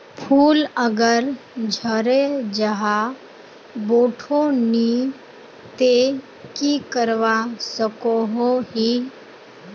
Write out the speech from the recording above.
फूल अगर झरे जहा बोठो नी ते की करवा सकोहो ही?